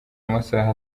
amasaha